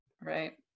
Right